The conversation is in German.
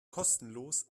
kostenlos